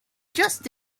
just